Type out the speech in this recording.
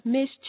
Miss